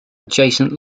adjacent